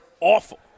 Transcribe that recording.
awful